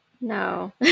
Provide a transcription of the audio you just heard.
no